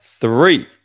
three